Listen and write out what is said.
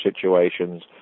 situations